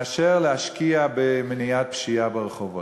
מאשר להשקיע במניעת פשיעה ברחובות,